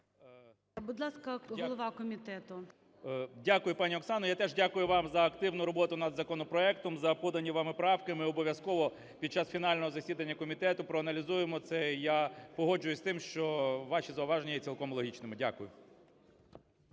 Дякую, пані Оксано. Я теж дякую вам за активну роботу над законопроектом, за подані вами правки. Ми обов'язково під час фінального засідання комітету проаналізуємо це. І я погоджуюся з тим, що ваші зауваження є цілком логічними. Дякую.